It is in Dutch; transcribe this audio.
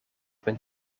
ben